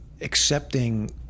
accepting